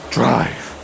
drive